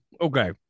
Okay